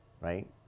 right